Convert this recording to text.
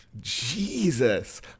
Jesus